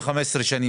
ו-15 שנים?